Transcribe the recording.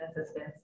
assistance